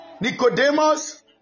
Nicodemus